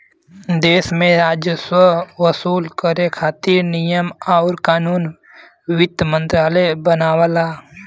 देश में राजस्व वसूल करे खातिर नियम आउर कानून वित्त मंत्रालय बनावला